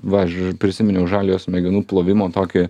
va ž prisiminiau žaliojo smegenų plovimo tokį